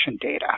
data